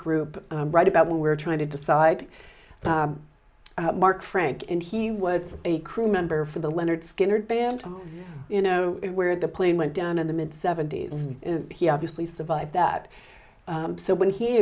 group right about when we're trying to decide mark frank and he was a crew member for the leonard skinner band you know where the plane went down in the mid seventy's and he obviously survived that so when he